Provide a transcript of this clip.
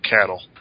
cattle